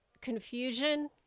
confusion